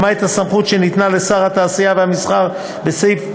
למעט הסמכות שניתנה לשר התעשייה והמסחר בסעיף 13(2),